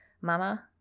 Mama